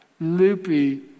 loopy